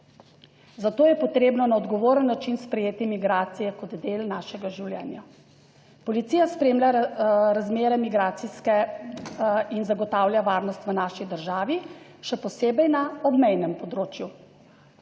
zato je potrebno na odgovoren način sprejeti migracije kot del našega življenja, policija spremlja razmere, migracijske, in zagotavlja varnost v naši državi, še posebej na obmejnem področju.